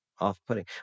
off-putting